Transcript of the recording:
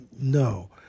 No